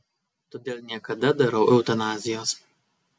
todėl niekada darau eutanazijos